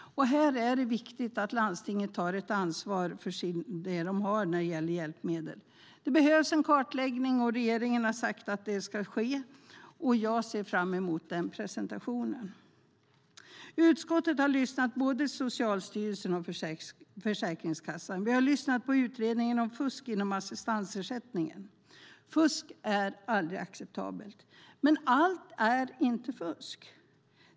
Här är det viktigt att landstinget tar det ansvar de har när det gäller hjälpmedel. Det behövs en kartläggning, och regeringen har sagt att det ska ske. Jag ser fram emot den presentationen. Utskottet har lyssnat både till Socialstyrelsen och till Försäkringskassan. Vi har lyssnat på utredningen om fusk inom assistansersättningen. Fusk är aldrig acceptabelt, men allt är inte fusk.